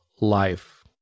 life